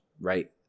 right